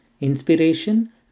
inspiration